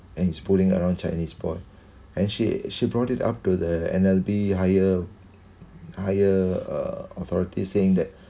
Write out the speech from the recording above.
and he's bullying around chinese boy and she she brought it up to the N_L_B higher higher uh authority saying that